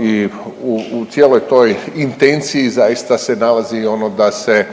i u cijeloj toj intenciji zaista se nalazi i ono da se